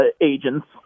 agents